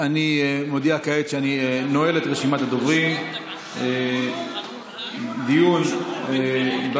אני מודיע כעת שאני נועל את רשימת הדוברים בדיון בהצעת